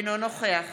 אינו נוכח